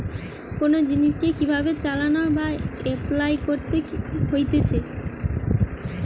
কোন জিনিসকে কি ভাবে চালনা বা এপলাই করতে হতিছে